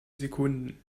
sekunden